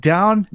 Down